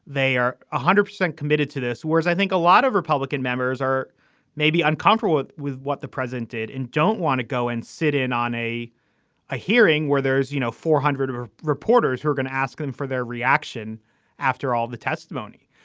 they are one ah hundred percent committed to this whereas i think a lot of republican members are maybe uncomfortable with with what the president did and don't want to go and sit in on a a hearing where there is you know four hundred of of reporters who are going to ask them for their reaction after all the testimony.